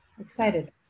excited